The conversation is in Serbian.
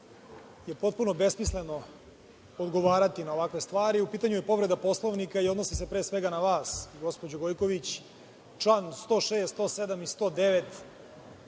je potpuno besmisleno odgovarati na ovakve stvari. U pitanju je povreda Poslovnika i odnosi se pre svega na vas gospođo Gojković, član 106, 107. i 109.